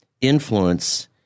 influence